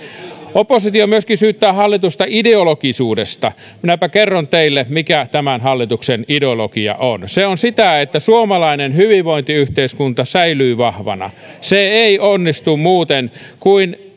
oppositio myöskin syyttää hallitusta ideologisuudesta minäpä kerron teille mikä tämän hallituksen ideologia on se on sitä että suomalainen hyvinvointiyhteiskunta säilyy vahvana se ei onnistu muuten kuin